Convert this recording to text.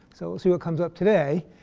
so we'll see what comes up today.